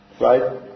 right